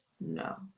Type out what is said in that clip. No